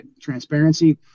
transparency